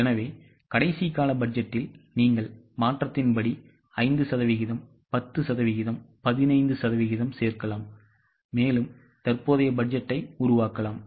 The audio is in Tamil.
எனவே கடைசி கால பட்ஜெட்டில் நீங்கள் மாற்றத்தின் படி 5 சதவீதம் 10 சதவீதம் 15 சதவீதம் சேர்க்கலாம் மேலும் தற்போதைய பட்ஜெட்டை உருவாக்கலாம்